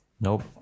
Nope